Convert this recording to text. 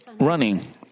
running